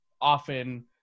often